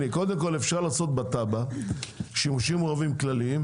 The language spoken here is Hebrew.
קודם כול אפשר לעשות בתב"ע שימושים מעורבים כלליים,